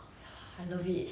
she pretty